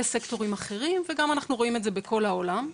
סקטורים אחרים וגם אנחנו רואים את זה בכל העולם,